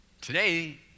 Today